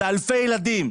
זה אלפי ילדים.